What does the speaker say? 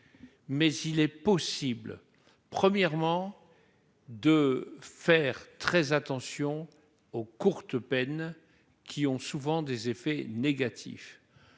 Mais il est possible, premièrement, de faire très attention aux courtes peines, qui ont souvent des effets négatifs,